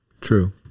True